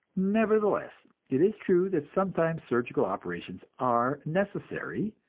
nevertheless, it is true that sometimes surgical operations are necessary,